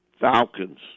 Falcons